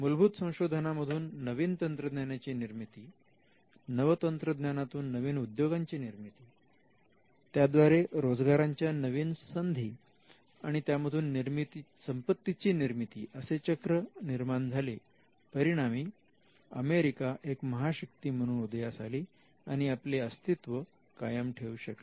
मूलभूत संशोधनांमधून नवीन तंत्रज्ञानाची निर्मिती नवतंत्रज्ञानातून नवीन उद्योगांची निर्मिती त्याद्वारे रोजगाराच्या नवीन संधी आणि त्यामधून संपत्तीची निर्मिती असे चक्र निर्माण झाले परिणामी अमेरिका एक महाशक्ती म्हणून उदयास आली आणि आपले अस्तित्व कायम ठेवू शकली